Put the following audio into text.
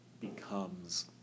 becomes